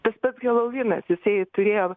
tas pats helovynas jisai turėjo